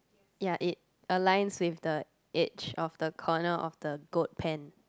ya it aligns with the edge of the corner of the goat pent